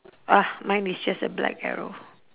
ah mine is just a black arrow